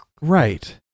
Right